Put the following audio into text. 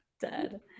Dead